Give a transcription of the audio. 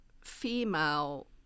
female